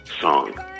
song